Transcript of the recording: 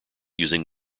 using